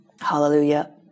Hallelujah